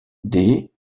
des